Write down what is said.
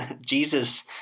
Jesus